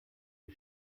die